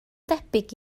debyg